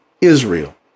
Israel